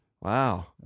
Wow